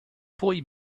boy